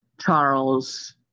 Charles